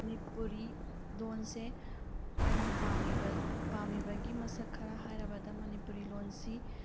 ꯃꯅꯤꯄꯨꯔꯤ ꯂꯣꯟꯁꯦ ꯑꯩꯅ ꯄꯥꯝꯃꯤꯕ ꯄꯥꯝꯃꯤꯕꯒꯤ ꯃꯁꯛ ꯈꯔ ꯍꯥꯏꯔꯕꯗ ꯃꯅꯤꯄꯨꯔꯤ ꯂꯣꯟꯁꯤ